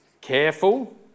careful